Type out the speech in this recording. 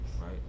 right